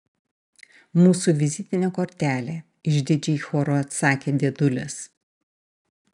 mūsų vizitinė kortelė išdidžiai choru atsakė dėdulės